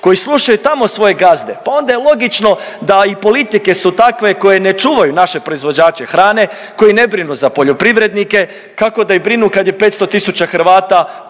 koji slušaju tamo svoje gazde, pa onda je logično da i politike su takve koje ne čuvaju naše proizvođače hrane, koji ne brinu za poljoprivrednike, kako da i brinu kad je 500 tisuća Hrvata